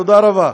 תודה רבה.